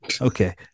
Okay